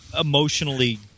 emotionally